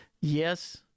Yes